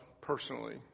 personally